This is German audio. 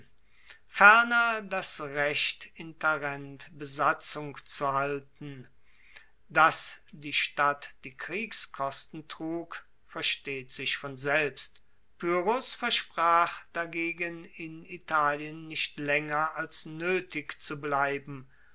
ferner das recht in tarent besatzung zu halten dass die stadt die kriegskosten trug versteht sich von selbst pyrrhos versprach dagegen in italien nicht laenger als noetig zu bleiben